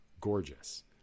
gorgeous